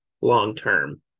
long-term